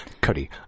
Cody